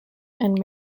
and